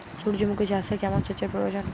সূর্যমুখি চাষে কেমন সেচের প্রয়োজন?